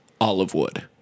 Olivewood